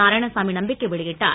நாராயணசாமி நம்பிக்கை வெளியிட்டார்